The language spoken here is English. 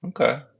Okay